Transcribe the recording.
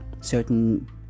certain